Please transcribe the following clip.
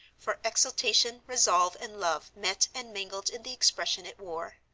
for exultation, resolve, and love met and mingled in the expression it wore.